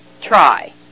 try